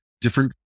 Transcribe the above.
different